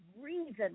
reason